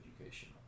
education